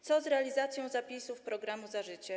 Co z realizacją zapisów programu „Za życiem”